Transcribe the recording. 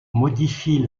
modifie